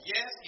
Yes